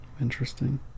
Interesting